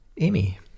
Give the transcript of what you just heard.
Amy